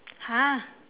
!huh!